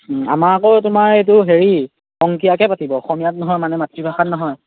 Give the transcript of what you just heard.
আমাৰ আকৌ তোমাৰ সেইটো হেৰি অংকীয়াকৈ পাতিব অসমীয়াত নহয় মানে মাতৃভাষাত নহয়